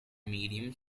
medium